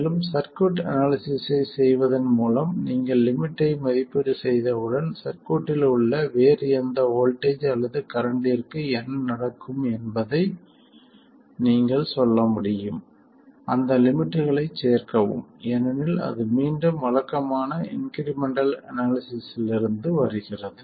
மேலும் சர்க்யூட் அனாலிசிஸ்ஸை செய்வதன் மூலம் நீங்கள் லிமிட்டை மதிப்பீடு செய்தவுடன் சர்க்யூட்டில் உள்ள வேறு எந்த வோல்ட்டேஜ் அல்லது கரண்ட்டிற்கு என்ன நடக்கும் என்பதை நீங்கள் சொல்ல முடியும் அந்த லிமிட்களைச் சேர்க்கவும் ஏனெனில் அது மீண்டும் வழக்கமான இன்க்ரிமெண்டல் அனாலிசிஸ்ஸிலிருந்து வருகிறது